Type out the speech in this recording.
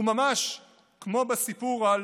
וממש כמו בסיפור על